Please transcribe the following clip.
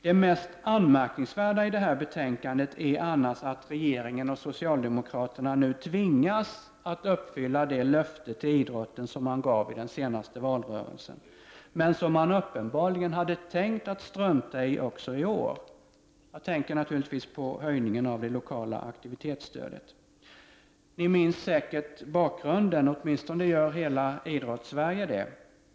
Det mest anmärkningsvärda i det här betänkandet är annars att regeringen och socialdemokraterna nu tvingas att uppfylla det löfte till idrotten som man gav i den senaste valrörelsen, men som man uppenbarligen också i år hade tänkt strunta i. Jag tänker då naturligtvis på höjningen av det lokala aktivitetsstödet. Ni minns säkert bakgrunden — åtminstone gör hela Idrottssverige det.